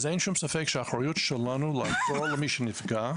אין שום ספק שהאחריות שלנו לעזור למי שנפגע,